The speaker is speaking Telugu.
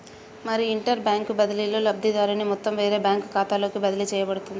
మరి ఇంటర్ బ్యాంక్ బదిలీలో లబ్ధిదారుని మొత్తం వేరే బ్యాంకు ఖాతాలోకి బదిలీ చేయబడుతుంది